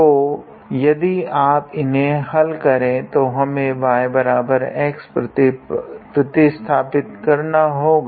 तो यदि आप इन्हें हल करे तो हमें yx प्रतिस्थापित करना होगा